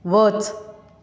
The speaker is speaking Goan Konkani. वच